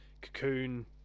Cocoon